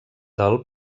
del